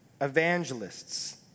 evangelists